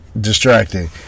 distracting